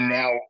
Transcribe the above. now